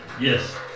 yes